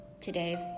today's